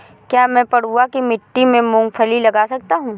क्या मैं पडुआ की मिट्टी में मूँगफली लगा सकता हूँ?